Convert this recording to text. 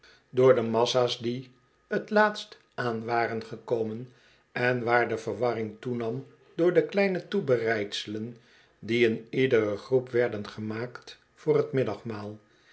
door de massa's die t laatst aan waren gekomen en waar de verwarring toenam door de kleine toebereidselen die in iedere groep werden gemaakt voor t